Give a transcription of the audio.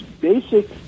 basic